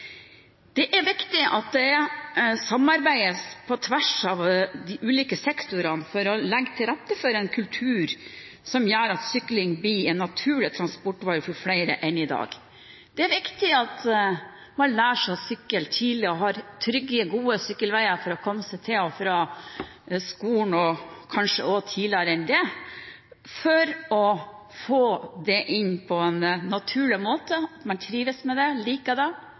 Det er viktig at det samarbeides på tvers av de ulike sektorene for å legge til rette for en kultur som gjør at sykling blir et naturlig transportvalg for flere enn i dag. Det er viktig at man lærer seg å sykle tidlig og har trygge, gode sykkelveier for å komme seg til og fra skolen – kanskje også tidligere enn det for å få det inn på en naturlig måte, slik at man trives med det,